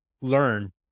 learn